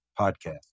podcast